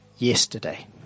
Yesterday